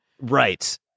Right